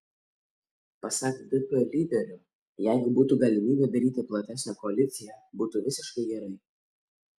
pasak dp lyderio jeigu būtų galimybė daryti platesnę koaliciją būtų visiškai gerai